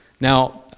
Now